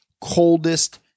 coldest